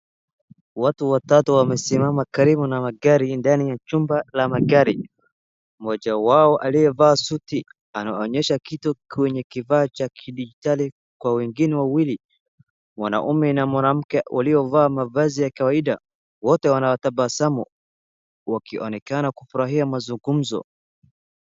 Watu watatu wamesimama karibu na magari ndani ya chumba la magari. Mmoja wao aliyevaa suti anawaonyesha kitu kwenye kifaa cha kidijitali kwa wengine wawili. Wanaume na mwanamke waliovaa mavazi ya kawaida, wote wanatabasamu wakionekana kufurahia mazungumzo.